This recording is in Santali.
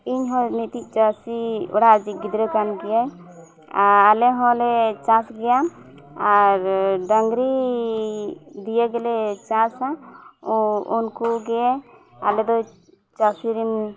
ᱤᱧ ᱦᱚᱸ ᱢᱤᱫᱴᱮᱱ ᱪᱟᱹᱥᱤ ᱚᱲᱟᱜ ᱨᱤᱱᱤᱡ ᱜᱤᱫᱽᱨᱟᱹ ᱠᱟᱱ ᱜᱤᱭᱟᱹᱧ ᱟᱞᱮ ᱦᱚᱸᱞᱮ ᱪᱟᱥ ᱜᱮᱭᱟ ᱟᱨ ᱰᱟᱝᱨᱤ ᱫᱤᱭᱮ ᱜᱮᱞᱮ ᱪᱟᱥᱟ ᱟᱨ ᱩᱱᱠᱩ ᱜᱮ ᱟᱞᱮ ᱫᱚ ᱪᱟᱹᱥᱤ ᱨᱮᱱ